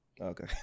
Okay